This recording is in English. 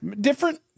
different